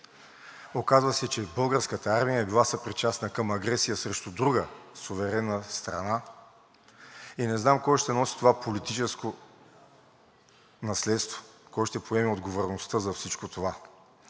Оказва се, че Българската армия е била съпричастна към агресия срещу друга суверенна страна и не знам кой ще носи това политическо наследство, кой ще поеме отговорността за всичко това.